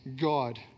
God